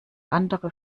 andere